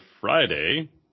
Friday